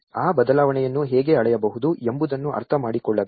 ಆ ಬದಲಾವಣೆಯನ್ನು ಹೇಗೆ ಅಳೆಯಬಹುದು ಎಂಬುದನ್ನು ಅರ್ಥಮಾಡಿಕೊಳ್ಳಬೇಕು